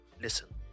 Listen